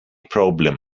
problem